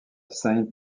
saint